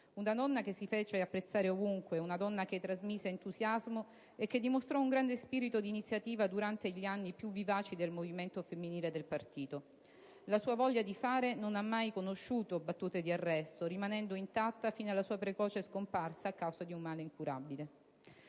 una donna che si fece apprezzare ovunque, una donna che trasmise entusiasmo e che dimostrò un grande spirito di iniziativa durante gli anni più vivaci del movimento femminile del partito. La sua voglia di fare non ha mai conosciuto battute di arresto, rimanendo intatta fino alla sua precoce scomparsa a causa di un male incurabile.